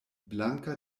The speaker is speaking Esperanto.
blanka